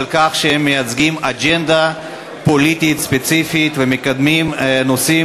אותן העמותות שמקבלות סיוע מישויות זרות ומדינות זרות,